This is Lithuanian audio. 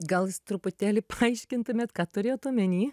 gal jūs truputėlį paaiškintumėt ką turėjot omeny